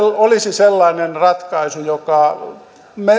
olisi sellainen ratkaisu joka